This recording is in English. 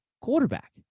quarterback